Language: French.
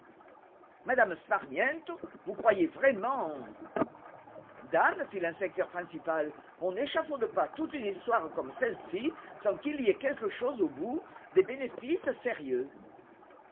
sparmiento vous croyez vraiment dame fit l'inspecteur principal on n'échafaude pas toute une histoire comme celle-ci sans qu'il y ait quelque chose au bout des bénéfices sérieux